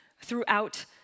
throughout